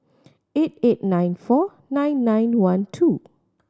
eight eight nine four nine nine one two